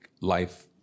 life